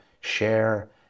share